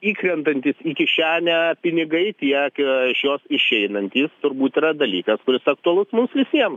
įkrentatntys į kišenę pinigaitiek iš jos išeinantys turbūt yra dalykas kuris aktualus mums visiems